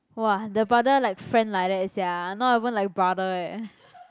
!wah! the brother like friend like that sia not even like brother eh